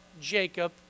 Jacob